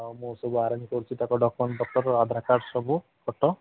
ହଉ ମୁଁ ସବୁ ଆରେଞ୍ଜ କରୁଛି ତାଙ୍କ ଡକୁମେଣ୍ଟ ଫଟୋ ଆଧାର କାର୍ଡ୍ ସବୁ ଫଟୋ